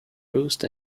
roost